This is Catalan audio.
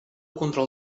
control